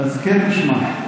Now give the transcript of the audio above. הסכת ושמע.